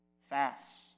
fast